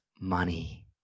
money